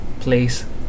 place